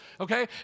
okay